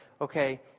okay